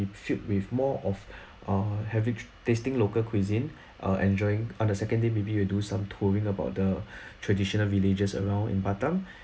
filled with more of uh havin~ tasting local cuisine err enjoying on the second day maybe we do some touring about the traditional villages around in batam